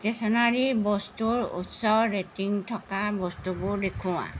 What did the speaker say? stationery বস্তুৰ উচ্চ rating থকা বস্তুবোৰ দেখুওৱা